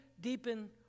deepen